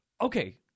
Okay